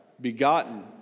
begotten